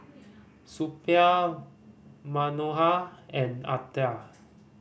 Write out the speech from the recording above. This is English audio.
Suppiah Manohar and Atal